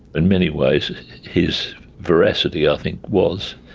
in many ways his veracity i think was